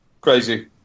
Crazy